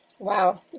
Wow